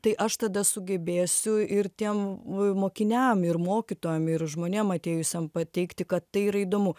tai aš tada sugebėsiu ir tiem mokiniam ir mokytojam ir žmonėm atėjusiem pateikti kad tai yra įdomu